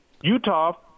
Utah